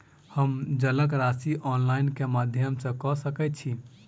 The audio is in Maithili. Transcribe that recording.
हम जलक राशि ऑनलाइन केँ माध्यम सँ कऽ सकैत छी?